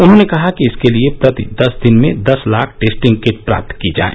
उन्होंने कहा कि इसके लिए प्रति दस दिन में दस लाख टेस्टिंग किट प्राप्त की जाएं